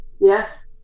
Yes